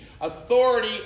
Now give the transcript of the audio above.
Authority